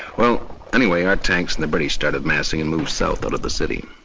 well, anyway, our tanks in the british started massing and moved south out of the city.